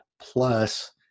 Plus